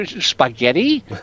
Spaghetti